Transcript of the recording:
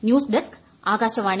news desk Akashvani